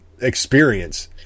experience